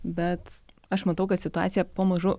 bet aš matau kad situacija pamažu